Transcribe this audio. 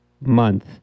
month